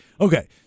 Okay